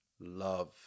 love